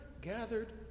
gathered